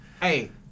Hey